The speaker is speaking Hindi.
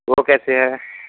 वो कैसे है